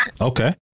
Okay